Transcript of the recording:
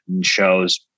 shows